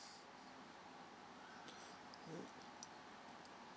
mm